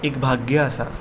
एक भाग्य आसा